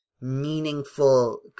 meaningful